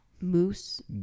moose